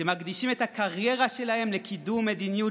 שמקדישים את הקריירה שלהם לקידום מדיניות